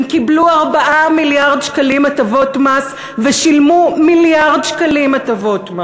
הם קיבלו 4 מיליארד שקלים הטבות מס ושילמו מיליארד שקלים מס.